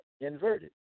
inverted